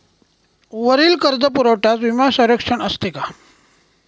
वरील कर्जपुरवठ्यास विमा संरक्षण असते का?